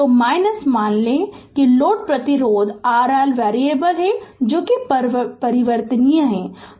तो मान लें कि लोड प्रतिरोध RL वेरिएबल है जो परिवर्तनीय है